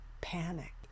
panic